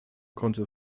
konnte